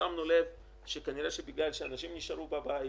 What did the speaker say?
שמנו לב שכנראה שבגלל שאנשים נשארו בבית,